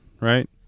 right